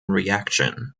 reaction